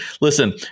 listen